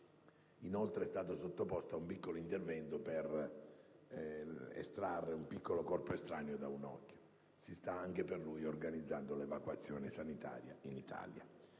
inoltre sottoposto ad un piccolo intervento per estrarre un piccolo corpo estraneo da un occhio: anche per lui si sta organizzando l'evacuazione sanitaria in Italia);